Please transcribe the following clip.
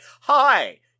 Hi